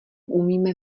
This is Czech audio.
umíme